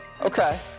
Okay